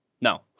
no